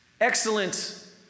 Excellent